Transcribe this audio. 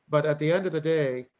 but at the end of the day,